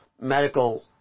medical